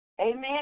Amen